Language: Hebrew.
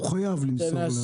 הוא חייב למסור.